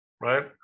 right